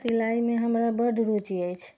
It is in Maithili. सिलाइमे हमरा बड्ड रूचि अछि